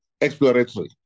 exploratory